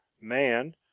man